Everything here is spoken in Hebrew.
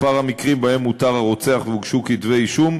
מספר המקרים שבהם אותר הרוצח והוגשו כתבי-אישום,